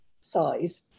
size